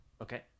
okay